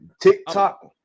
tiktok